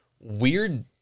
weird